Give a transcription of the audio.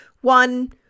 one